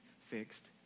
fixed